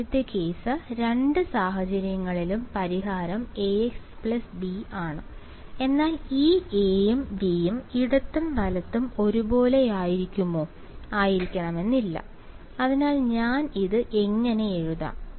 ആദ്യത്തെ കേസ് രണ്ട് സാഹചര്യങ്ങളിലും പരിഹാരം Ax B ആണ് എന്നാൽ ഈ A യും B യും ഇടത്തും വലത്തും ഒരുപോലെയായിരിക്കുമോ ആയിരിക്കണമെന്നില്ല അതിനാൽ ഞാൻ ഇത് ഇങ്ങനെ എഴുതാം